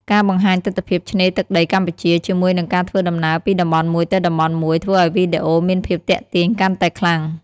ការបង្ហាញទិដ្ឋភាពឆ្នេរទឹកដីកម្ពុជា ជាមួយនឹងការធ្វើដំណើរពីតំបន់មួយទៅតំបន់មួយ ធ្វើឲ្យវីដេអូមានភាពទាក់ទាញកាន់តែខ្លាំង។